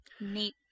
Neat